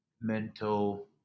mental